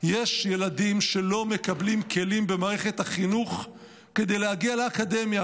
יש ילדים שלא מקבלים כלים במערכת החינוך כדי להגיע לאקדמיה,